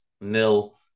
nil